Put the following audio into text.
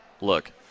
look